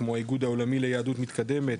כמו האגוד העולמי ליהדות מתקדמת,